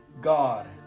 God